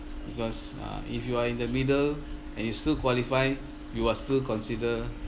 because uh if you are in the middle and you still qualify you are still consider